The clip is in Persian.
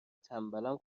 تنبلم